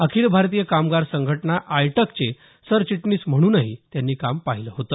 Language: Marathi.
अखिल भारतीय कामगार संघटना आयटकचे सरचिटणीस म्हणूनही त्यांनी काम पाहिलं होतं